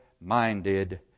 minded